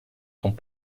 sont